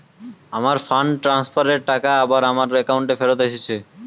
আমার fund transfer এর টাকা আবার আমার একাউন্টে ফেরত এসেছে